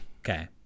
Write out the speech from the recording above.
Okay